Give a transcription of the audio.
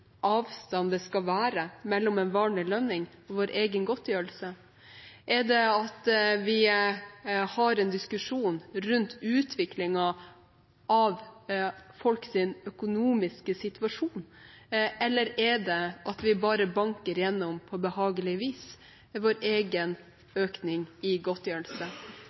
avstand det skal være mellom en vanlig lønning og vår egen godtgjørelse? Er det at vi har en diskusjon rundt utviklingen av folks økonomiske situasjon, eller er det at vi bare banker igjennom – på behagelig vis – vår egen økning i godtgjørelse?